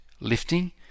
lifting